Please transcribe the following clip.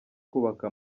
kubaka